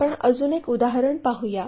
आता आपण अजून एक उदाहरण पाहू